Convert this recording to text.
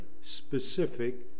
specific